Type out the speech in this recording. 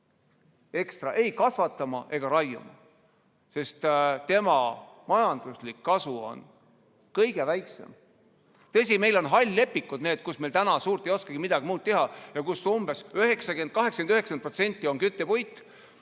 ekstra ei kasvatama ega raiuma, sest selle majanduslik kasu on kõige väiksem. Tõsi, meil on hall-lepikud, millega suurt ei oskagi midagi muud teha ja kust tulevast 80–90% on küttepuit.